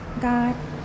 God